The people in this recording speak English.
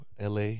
LA